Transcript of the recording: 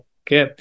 okay